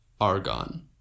Argon